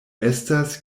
estas